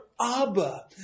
abba